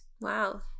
Wow